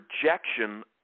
projection